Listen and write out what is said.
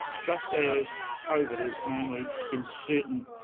just as covid is only in certain,